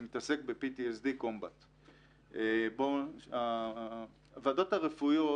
זה צוות מאוד מקצועי שמתעסק ב-Combat PTSD. הוועדות הרפואיות